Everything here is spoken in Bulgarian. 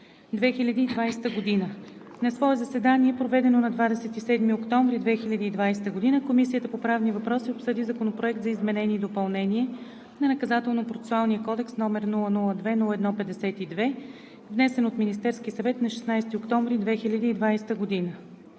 2020 г. На свое заседание, проведено на 27 октомври 2020 г., Комисията по правни въпроси обсъди Законопроект за изменение и допълнение на Наказателно-процесуалния кодекс, №002-01-52, внесен от Министерския съвет на 16 октомври 2020 г.